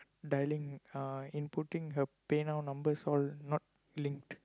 dialling uh inputting her pay-now number is all not linked